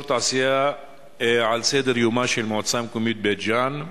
התעשייה על סדר-יומה של המועצה המקומית בית-ג'ן,